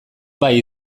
bai